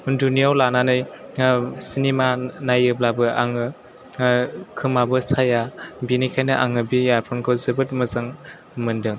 उन्दुनायाव लानानै सिनेमा नायोब्लाबो आङो खोमाबो साया बिनिखायनो आङो बे इयारफनखौ जोबोद मोजां मोन्दों